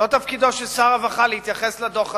לא תפקידו של שר הרווחה להתייחס לדוח הזה.